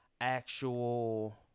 actual